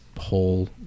whole